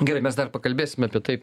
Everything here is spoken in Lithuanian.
gerai mes dar pakalbėsim apie tai